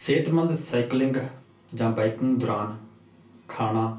ਸਿਹਤਮੰਦ ਸਾਈਕਲਿੰਗ ਜਾਂ ਬਾਈਕਿੰਗ ਦੌਰਾਨ ਖਾਣਾ